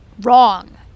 wrong